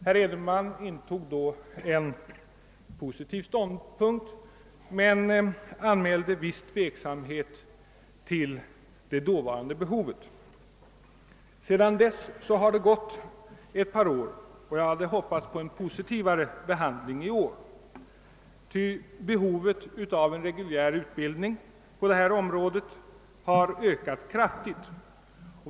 Herr Edenman intog då en positiv ståndpunkt men anmälde viss tveksamhet rörande det dåvarande behovet. Sedan dess har det gått ett par år, och jag hade hoppats på en positivare behandling av förslaget nu, ty behovet av en reguljär utbildning av talpedagoger har under de senaste åren ökat kraftigt.